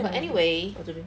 but anyway